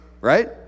Right